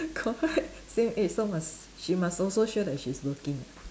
correct same age so must she must also ensure that she's working ah